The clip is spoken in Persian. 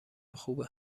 خوبه